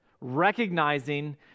recognizing